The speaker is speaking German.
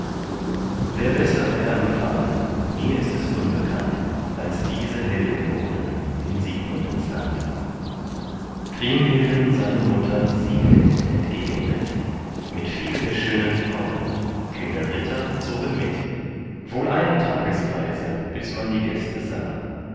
wer besser wär empfangen mir ist es unbekannt als die helden wurden in siegmundens land kriemhilden seine mutter sieglind entgegenritt mit viel der schönen frauen kühne ritter zogen mit wohl eine tagereise bis man die gäste sah